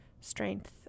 strength